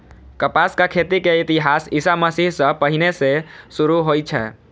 कपासक खेती के इतिहास ईशा मसीह सं पहिने सं शुरू होइ छै